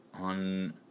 on